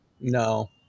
No